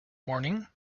morning